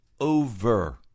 over